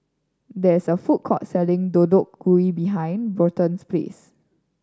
there is a food court selling Deodeok Gui behind Bryton's place